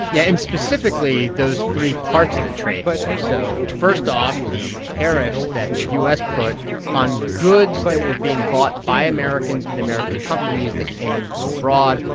yeah. and specifically, those three parts of the trade war so first off, the tariffs that the u s. put on goods that were being bought by americans and american companies that came in from abroad.